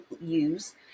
use